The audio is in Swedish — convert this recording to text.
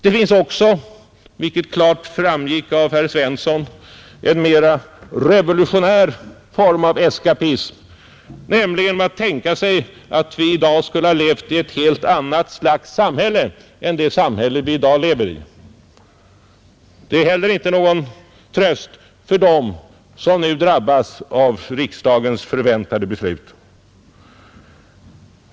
Det finns också, vilket klart framgick av det anförande som hölls av herr Svensson i Malmö, en mera revolutionär form av eskapism, nämligen att tänka sig att vi skulle ha levt i ett helt annat slags samhälle än det samhälle vi i dag lever i. Det är heller inte någon tröst för dem som nu drabbas av riksdagens förväntade beslut.